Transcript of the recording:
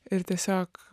ir tiesiog